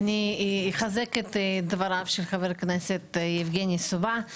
אחזק את דבריו של חבר הכנסת יבגני סובה.